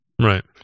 Right